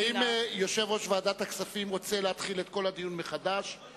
האם יושב-ראש ועדת הכספים רוצה להתחיל את כל הדיון מחדש,